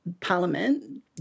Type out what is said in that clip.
parliament